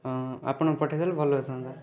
ହଁ ଆପଣ ପଠେଇଦେଲେ ଭଲ ହେଇଥାନ୍ତା